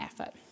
effort